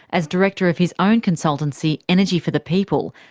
as director of his own consultancy, energy for the people,